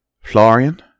Florian